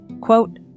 quote